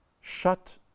shut